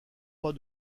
pas